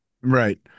right